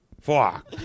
Fuck